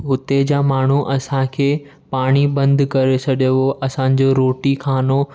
हुते जा माण्हू अंसाखे पाणी बंदि करे छॾियो हुओ असांजो रोटी खानो